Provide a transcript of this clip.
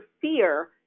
fear